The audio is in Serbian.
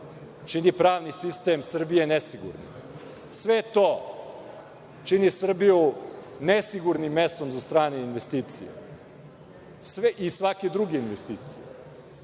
čini pravni sistem Srbije nesigurnim. Sve to čini Srbiju nesigurnim mestom za strane investicije i svake druge investicije.